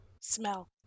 smell